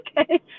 okay